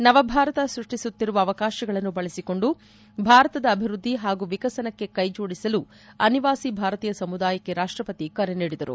ನವಭಾರತ ಸ್ಪಡ್ಡಿಸುತ್ತಿರುವ ಅವಕಾಶಗಳನ್ನು ಬಳಸಿಕೊಂಡು ಭಾರತದ ಅಭಿವೃದ್ದಿ ಹಾಗೂ ವಿಕಸನಕ್ಕೆ ಕೈಜೊಡಿಸಲು ಅನಿವಾಯಿ ಭಾರತೀಯ ಸಮುದಾಯಕ್ಕೆ ರಾಷ್ಟ್ರಪತಿ ಕರೆ ನೀಡಿದರು